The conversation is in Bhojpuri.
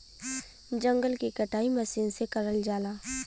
जंगल के कटाई मसीन से करल जाला